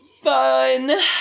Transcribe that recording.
fun